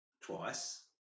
Twice